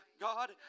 god